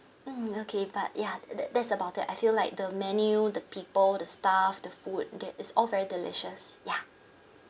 mm okay but ya that that's about it I feel like the menu the people the staff the food that is all very delicious ya